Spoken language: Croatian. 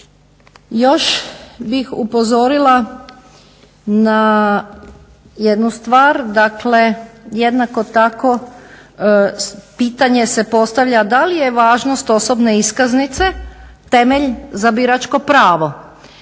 Još bih upozorila na jednu stvar, dakle jednako tako pitanje se postavlja da li je važnost osobne iskaznice temelj za biračko pravo.